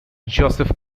joseph